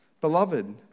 Beloved